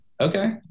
Okay